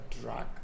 drug